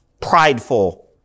prideful